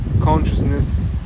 Consciousness